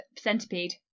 centipede